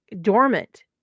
dormant